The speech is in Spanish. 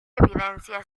evidencia